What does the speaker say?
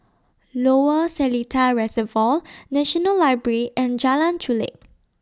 Lower Seletar Reservoir National Library and Jalan Chulek